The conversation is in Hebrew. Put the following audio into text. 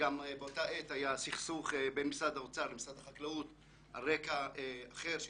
באותה עת היה סכסוך בין משרד האוצר למשרד החקלאות על רקע אחר של